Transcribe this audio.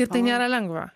ir tai nėra lengva